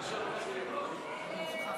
ההסתייגות (1) של חבר הכנסת אורי מקלב לסעיף